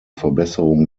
verbesserung